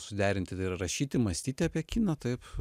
suderinti ir rašyti mąstyti apie kiną taip